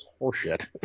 horseshit